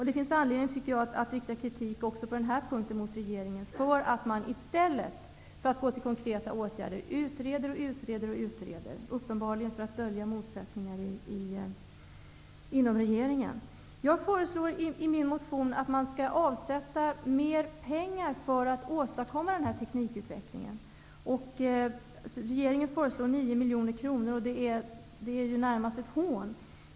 Det finns enligt min mening också på denna punkt anledning att rikta kritik mot regeringen för att man i stället för att vidta konkreta åtgärer utreder och åter utreder, uppenbarligen för att dölja motsättningar inom regeringen. Jag föreslår i min motion att man skall avsätta mer pengar för att åstadkomma denna teknikutveckling. Regeringen föreslår 9 miljoner kronor, och det är närmast ett hån.